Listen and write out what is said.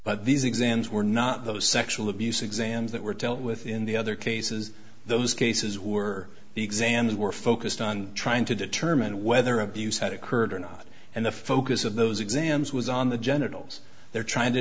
but these exams were not those sexual abuse exams that were dealt with in the other cases those cases were the exams were focused on trying to determine whether abuse had occurred or not and the focus of those exams was on the genitals they're trying to